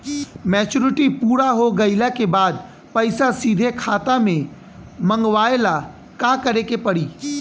Maturity पूरा हो गइला के बाद पईसा सीधे खाता में मँगवाए ला का करे के पड़ी?